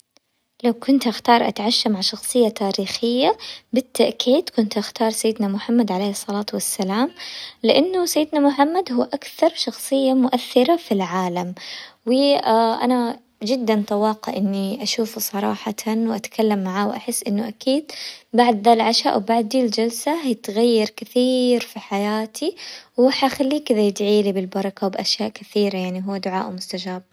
لو كنت اختار اتعشى مع شخصية تاريخية بالتأكيد كنت اختار سيدنا محمد عليه الصلاة والسلام، لانه سيدنا محمد هو اكثر شخصية مؤثرة في العالم وانا جدا طواقة اني اشوفه صراحة واتكلم معاه، واحس انه اكيد بعد دا العشا او بعد دي الجلسة هيتغير كثير في حياتي، وحخليه كذا يدعي لي بالبركة وباشياء كثيرة يعني هو دعائه مستجاب.